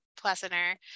pleasanter